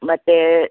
ಮತ್ತು